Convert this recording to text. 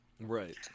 Right